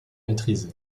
maîtrisé